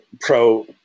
pro